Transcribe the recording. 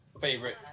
favorite